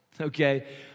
okay